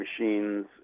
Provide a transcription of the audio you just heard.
machines